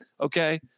Okay